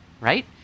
right